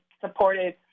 supported